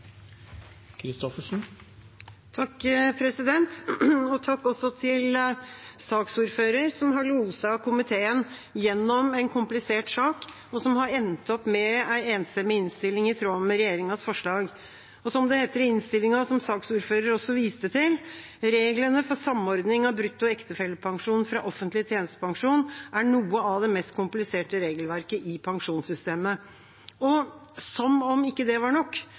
Takk til saksordføreren som har loset komiteen gjennom en komplisert sak, og som har endt opp med en enstemmig innstilling i tråd med regjeringas forslag. Som det sies i innstillinga, og som saksordføreren også viste til: «Reglene for samordning av brutto ektefellepensjon fra offentlig tjenestepensjon er noe av det mest kompliserte regelverket i pensjonssystemet.» Og som om ikke det var nok,